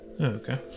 Okay